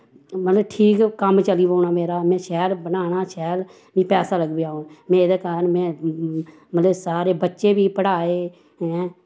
मतलव ठीक कम्म चली पौना मेरा में शैल बनाना शैल मीं पैसा लगी पेआ औन में एह्दे कारन में मतलब सारे बच्चे बी पढ़ाए हैं